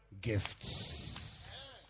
gifts